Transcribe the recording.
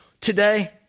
today